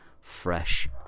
fresh